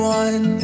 one